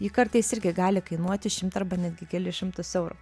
ji kartais irgi gali kainuoti šimtą arba netgi kelis šimtus eurų